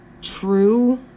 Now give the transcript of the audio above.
true